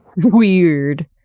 weird